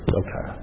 okay